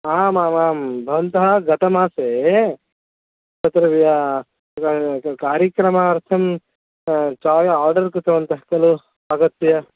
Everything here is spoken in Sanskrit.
आमामां भवन्तः गतमासे तत्र कार्यक्रमार्थं चायं आर्डर कृतवन्तः खलु आगत्य